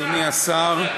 אדוני השר,